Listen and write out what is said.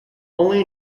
only